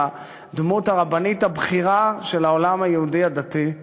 כדמות הרבנית הבכירה של העולם היהודי הדתי,